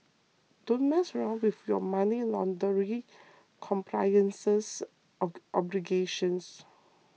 don't mess around with your money laundering compliance obligations